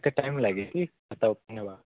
କେତେ ଟାଇମ୍ ଲାଗେ କି ଖାତା ଓପନିଙ୍ଗ ହେବା